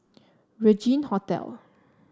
Regin Hotel